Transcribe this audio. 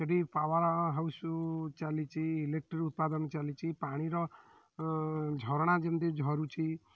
ସେଠି power house ଚାଲିଛି electricity ଉତ୍ପାଦନ ଚାଲିଛି ପାଣିର ଝରଣା ଯେମିତି ଝରୁଛି